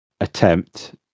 attempt